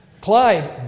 Clyde